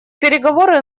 переговоры